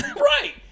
Right